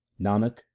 Nanak